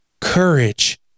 courage